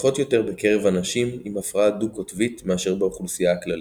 שכיחות יותר בקרב אנשים עם הפרעה דו-קוטבית מאשר באוכלוסייה הכללית.